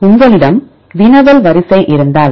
உங்களிடம் வினவல் வரிசை இருந்தால்